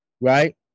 right